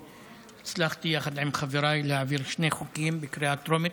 אני הצלחתי יחד עם חבריי להעביר שני חוקים בקריאה טרומית,